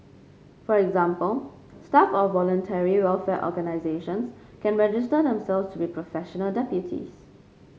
for example staff of Voluntary Welfare Organisations can register themselves to be professional deputies